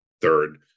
third